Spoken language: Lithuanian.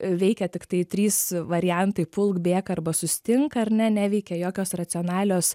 veikia tiktai trys variantai pulk bėk arba sustink ar ne neveikia jokios racionalios